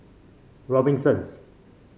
Robinsons